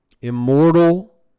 immortal